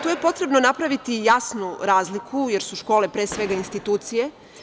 To je potrebno napraviti jasnu razliku, jer su škole, pre svega, institucije.